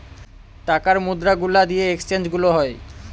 টাকার মুদ্রা গুলা দিয়ে এক্সচেঞ্জ গুলো হয়